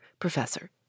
Professor